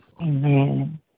Amen